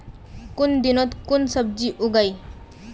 कुन दिनोत कुन सब्जी उगेई?